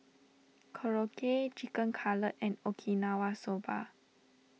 Korokke Chicken Cutlet and Okinawa Soba